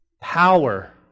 power